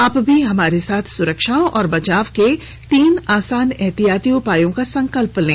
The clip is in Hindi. आप भी हमारे साथ सुरक्षा और बचाव के तीन आसान एहतियाती उपायों का संकल्प लें